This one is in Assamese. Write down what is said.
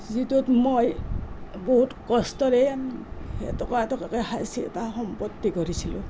যিটোত মই বহুত কষ্টৰে এটকা এটকাকৈ সাঁচি এটা সম্পত্তি কৰিছিলোঁ